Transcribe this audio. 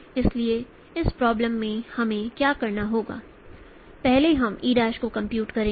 इसलिए इस प्रॉब्लम में हमें क्या करना होगा पहले हम e' को कंप्यूट करेंगे